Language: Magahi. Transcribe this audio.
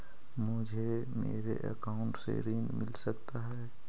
मुझे मेरे अकाउंट से ऋण मिल सकता है?